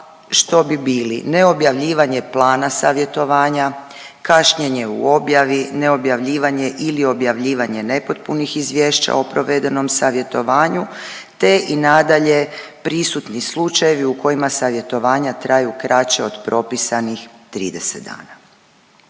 što bi bili neobjavljivanje plana savjetovanja, kašnjenje u objavi, neobjavljivanje ili objavljivanje nepotpunih izvješća o provedenom savjetovanju, te i nadalje prisutni slučajevi u kojima savjetovanja traju kraće od propisanih 30 dana.